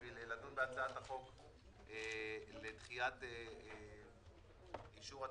בשביל לדון בהצעת החוק לדחיית אישור התקציב.